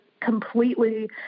completely